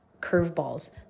curveballs